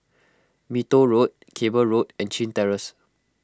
Mee Toh Road Cable Road and Chin Terrace